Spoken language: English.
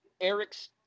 Eric's